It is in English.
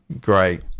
great